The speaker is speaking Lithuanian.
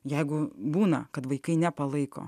jeigu būna kad vaikai nepalaiko